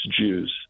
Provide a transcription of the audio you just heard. Jews